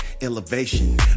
elevation